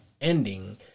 ending